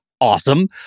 Awesome